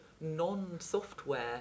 non-software